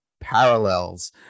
parallels